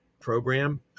program